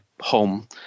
home